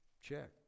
check